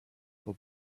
for